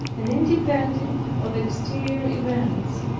and independent of exterior events